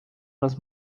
roz